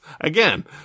Again